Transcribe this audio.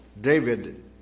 David